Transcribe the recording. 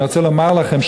אני רוצה לומר לכם,